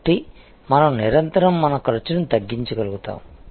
కాబట్టి మనం నిరంతరం మన ఖర్చును తగ్గించగలుగుతాము